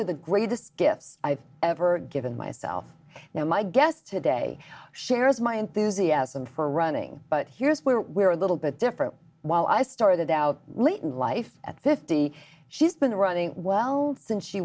of the greatest gifts i've ever given myself now my guest today shares my enthusiasm for running but here's where we're a little bit different while i started out late in life at fifty she's been running well since she